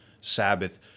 Sabbath